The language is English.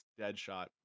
Deadshot